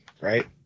right